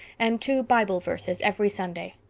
and two bible verses every sunday.